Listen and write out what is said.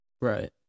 right